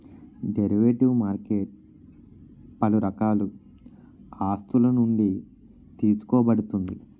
derivative market పలు రకాల ఆస్తులునుండి తీసుకోబడుతుంది